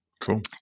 Cool